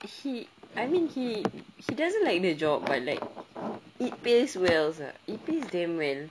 he I mean he he doesn't like the job but like it pays wells ah it pays damn well